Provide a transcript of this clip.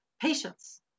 patience